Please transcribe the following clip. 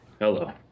hello